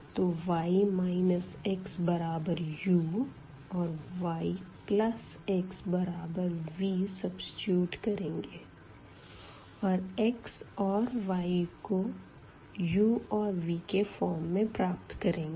तो y xu और yxv substitute करेंगे और x और y को u और vके फ़ॉर्म में प्राप्त करेंगे